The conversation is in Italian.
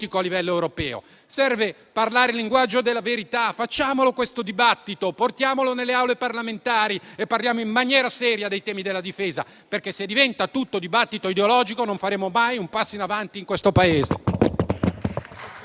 a livello europeo. Serve parlare il linguaggio della verità. Facciamo questo dibattito, portiamolo nelle Aule parlamentari e parliamo in maniera seria dei temi della difesa. Se diventa tutto dibattito ideologico, non faremo mai un passo in avanti in questo Paese.